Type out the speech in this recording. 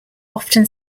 often